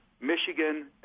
Michigan